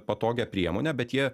patogią priemonę bet jie